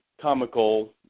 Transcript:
comical